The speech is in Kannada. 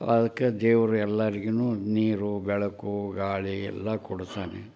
ಅದಕ್ಕೇ ದೇವ್ರು ಎಲ್ಲರಿಗು ನೀರು ಬೆಳಕು ಗಾಳಿ ಎಲ್ಲ ಕೊಡುತ್ತಾನೆ